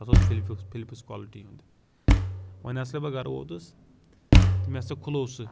سُہ ہسا اوس فِلپُک فِلپس کالٹی ہُنٛد وۄنۍ ہسا بہٕ گرٕ ووتُس تہٕ مےٚ ہسا کھُلوو سُہ